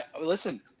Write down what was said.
Listen